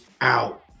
out